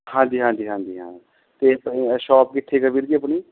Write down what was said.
ਹਾਂਜੀ ਹਾਂਜੀ ਹਾਂਜੀ ਹਾਂ ਅਤੇ ਸ਼ੌਪ ਕਿੱਥੇ ਕੁ ਆ ਵੀਰ ਜੀ ਆਪਣੀ